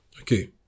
Okay